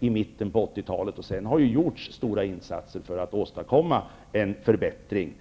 i mitten av 80-talet. Sedan har det gjorts stora insatser för att åstadkomma en förbättring.